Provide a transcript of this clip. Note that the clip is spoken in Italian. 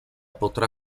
potrà